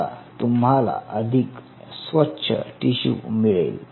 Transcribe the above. आता तुम्हाला अधिक स्वच्छ टिशू मिळेल